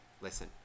listen